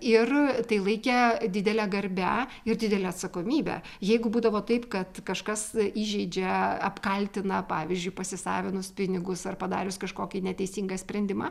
ir tai laikė didele garbe ir didele atsakomybe jeigu būdavo taip kad kažkas įžeidžia apkaltina pavyzdžiui pasisavinus pinigus ar padarius kažkokį neteisingą sprendimą